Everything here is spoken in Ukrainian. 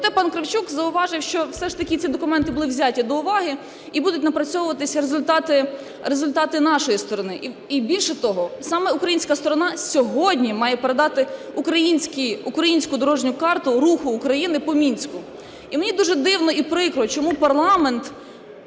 пан Кравчук зауважив, що все ж таки ці документи були взяті до уваги, і будуть напрацьовуватися результати нашої сторони. І, більше того, саме українська сторона сьогодні має передати українську дорожню карту руху України по Мінську. І мені дуже дивно і прикро, чому парламент